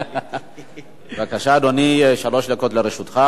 בבקשה, אדוני, שלוש דקות לרשותך,